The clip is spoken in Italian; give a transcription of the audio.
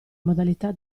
modalità